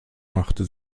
machte